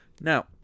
now